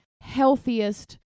healthiest